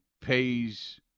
pays